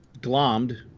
glommed